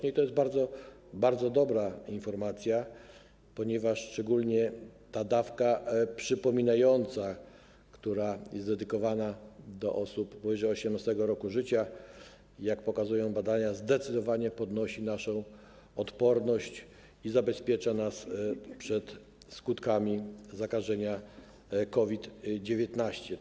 I to jest bardzo, bardzo dobra informacja, ponieważ szczególnie ta dawka przypominająca, która jest dedykowana osobom powyżej 18. roku życia, jak pokazują badania, zdecydowanie podnosi naszą odporność i zabezpiecza nas przed skutkami zakażenia COVID-19.